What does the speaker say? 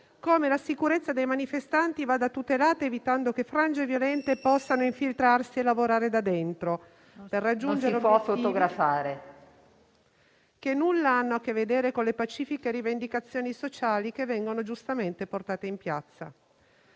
come la sicurezza dei manifestanti vada tutelata evitando che frange violente possano infiltrarsi e lavorare da dentro, per raggiungere obiettivi che nulla hanno a che vedere con le pacifiche rivendicazioni sociali giustamente portate in piazza.